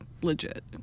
legit